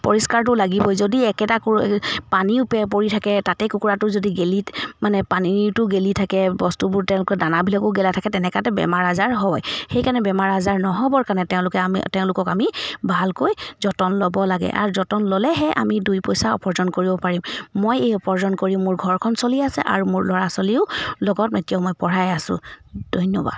পৰিষ্কাৰটো লাগিবই যদি একেটা ক পানী পে পৰি থাকে তাতে কুকুৰাটো যদি গেলিত মানে পানীটো গেলি থাকে বস্তুবোৰ তেওঁলোকে দানাবিলাকো গেলা থাকে তেনেকাতে বেমাৰ আজাৰ হয় সেইকাৰণে বেমাৰ আজাৰ নহ'বৰ কাৰণে তেওঁলোকে আমি তেওঁলোকক আমি ভালকৈ যতন ল'ব লাগে আৰু যতন ল'লেহে আমি দুই পইচা উপাৰ্জন কৰিব পাৰিম মই এই উপাৰ্জন কৰি মোৰ ঘৰখন চলি আছে আৰু মোৰ ল'ৰা ছোৱালীও লগত এতিয়াও মই পঢ়াই আছো ধন্যবাদ